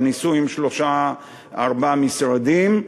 וניסו עם שלושה-ארבעה משרדים.